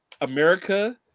America